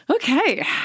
Okay